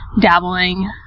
dabbling